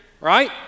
right